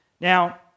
Now